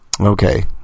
Okay